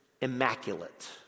immaculate